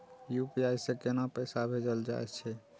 UPI से केना पैसा भेजल जा छे?